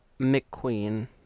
McQueen